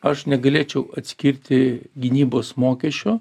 aš negalėčiau atskirti gynybos mokesčio